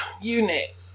unit